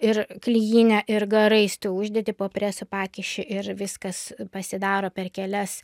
ir klijine ir garais tai uždedi po presu pakiši ir viskas pasidaro per kelias